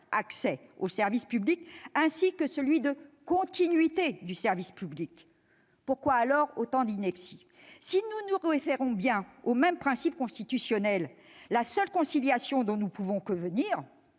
accès aux services publics » et de « continuité du service public ». Pourquoi autant d'inepties ? Si nous nous référons bien aux mêmes principes constitutionnels, la seule conciliation dont nous pouvons convenir